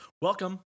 welcome